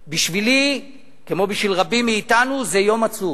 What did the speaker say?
בשבילי, כמו בשביל רבים מאתנו, זה יום עצוב.